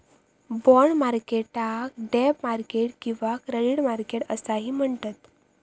bond मार्केटाक डेब्ट market किंवा क्रेडिट मार्केट असाही म्हणतत